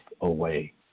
away